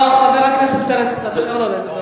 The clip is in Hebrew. לא, חבר הכנסת פרץ, תאפשר לו לדבר.